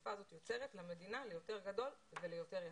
שהמגפה הזאת יוצרת למדינה ליותר גדול וליותר יקר.